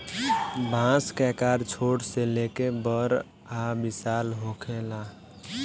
बांस के आकर छोट से लेके बड़ आ विशाल होखेला